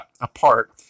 apart